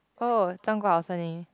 oh 中国好声音